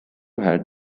had